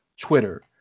Twitter